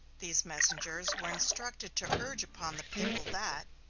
these messengers were instructed to urge upon the people that,